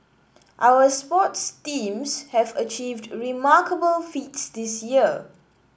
our sports teams have achieved remarkable feats this year